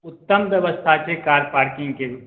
उत्तम व्यवस्था छै कार पार्किंगके